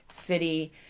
City